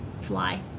fly